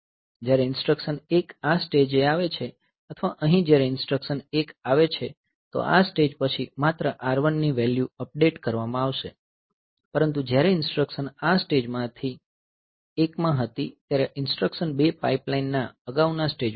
જ્યારે ઈન્સ્ટ્રકશન 1 આ સ્ટેજ એ આવે છે અથવા અહીં જ્યારે ઈન્સ્ટ્રકશન 1 આવે છે તો આ પછી માત્ર R1ની વેલ્યુ અપડેટ કરવામાં આવશે પરંતુ જ્યારે ઈન્સ્ટ્રકશન આ સ્ટેજમાંથી એકમાં હતી ત્યારે ઈન્સ્ટ્રકશન 2 પાઇપલાઇન ના અગાઉના સ્ટેજમાં છે